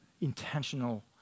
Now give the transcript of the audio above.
intentional